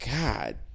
God